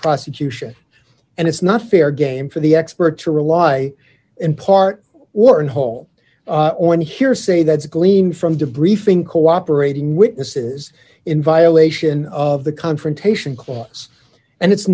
prosecution and it's not fair game for the expert to rely in part worn whole on hearsay that's gleaned from debriefing cooperating witnesses in violation of the confrontation clause and it's